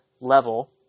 level